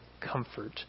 comfort